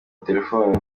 telefoni